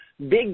big